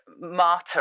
martyr